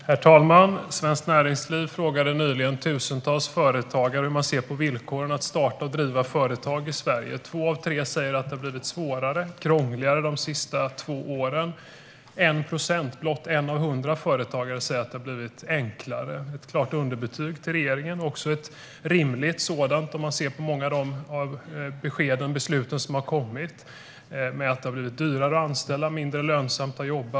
Herr talman! Svenskt Näringsliv frågade nyligen tusentals företagare hur de ser på villkoren för att starta och driva företag i Sverige. Två av tre säger att det har blivit svårare och krångligare de senaste två åren. 1 procent, blott en av hundra företagare, säger att det har blivit enklare. Det är ett klart underbetyg till regeringen, ett rimligt sådant sett till många av de besked och beslut som har kommit. Det har blivit dyrare att anställa och mindre lönsamt att jobba.